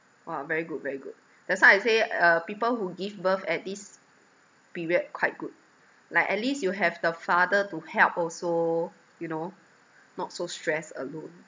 !wah! very good very good that's why I say uh people who give birth at this period quite good like at least you have the father to help also you know not so stressed alone